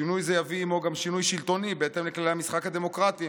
שינוי זה יביא עימו גם שינוי שלטוני בהתאם לכללי המשחק הדמוקרטי.